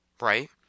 right